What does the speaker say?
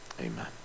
Amen